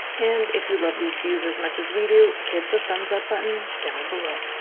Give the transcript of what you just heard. and if you love these views as much as we do hit the thumbs up button down below